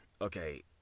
okay